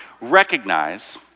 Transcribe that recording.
recognize